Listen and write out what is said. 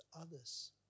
others